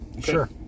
Sure